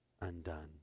undone